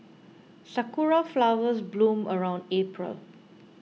sakura flowers bloom around April